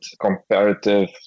comparative